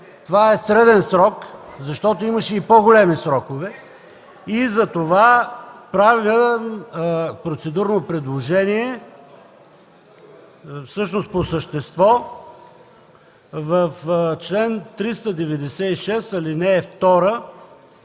това е среден срок, защото имаше и по-големи срокове. Затова правя процедурно предложение, всъщност по същество, в чл. 396, ал. 2 след